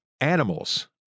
animals